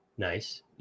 Nice